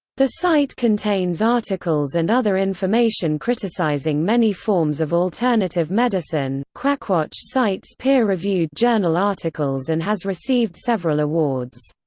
the site contains articles and other information criticizing many forms of alternative medicine quackwatch cites peer-reviewed journal articles and has received several awards.